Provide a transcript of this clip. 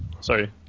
Sorry